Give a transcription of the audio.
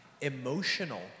emotional